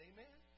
Amen